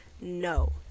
No